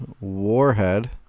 Warhead